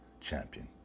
champion